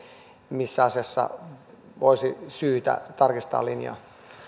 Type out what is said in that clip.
missä asiassa olisi syytä tarkistaa linjaa